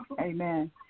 Amen